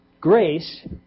Grace